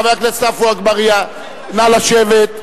חבר הכנסת אגבאריה, נא לשבת.